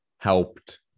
helped